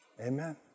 Amen